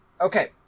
Okay